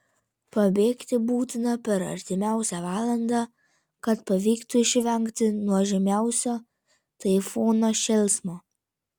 pabėgti būtina per artimiausią valandą kad pavyktų išvengti nuožmiausio taifūno šėlsmo